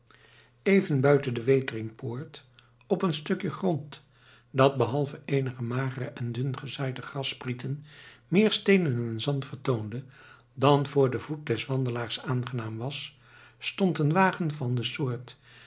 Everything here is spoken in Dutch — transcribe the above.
even buiten de weteringpoort op een stukje grond dat behalve eenige magere en dun gezaaide grasspieten meer steenen en zand vertoonde dan voor den voet des wandelaars aangenaam was stond een wagen van de soort